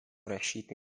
rašyti